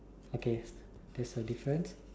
okay that's the difference